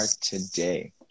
today